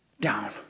down